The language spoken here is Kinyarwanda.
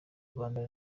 rwanda